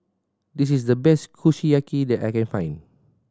this is the best Kushiyaki that I can find